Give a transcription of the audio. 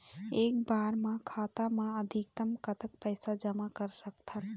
एक बार मा खाता मा अधिकतम कतक पैसा जमा कर सकथन?